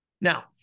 Now